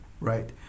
Right